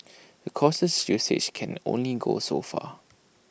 but cautious usage can only go so far